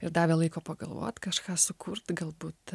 ir davė laiko pagalvot kažką sukurt galbūt